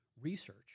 research